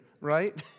right